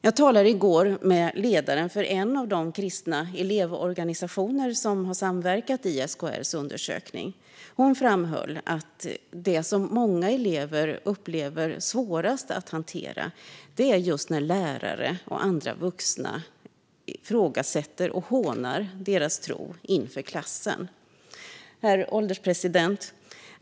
Jag talade i går med ledaren för en av de kristna elevorganisationer som samverkat i SKR:s undersökning. Hon framhöll att det som många elever tycker är svårast att hantera är just när lärare och andra vuxna ifrågasätter och hånar deras tro inför klassen. Herr ålderspresident!